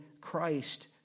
Christ